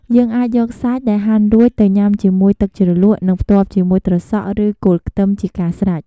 យើងអាចយកសាច់ដែលហាន់រួចទៅញ៉ាំជាមួយ ទឹកជ្រលក់ និងផ្ទាប់ជាមួយ ត្រសក់ ឬ គល់ខ្ទឹម ជាការស្រេច។